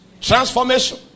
transformation